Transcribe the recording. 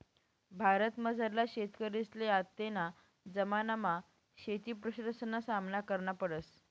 भारतमझारला शेतकरीसले आत्तेना जमानामा शेतीप्रश्नसना सामना करना पडस